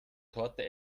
torte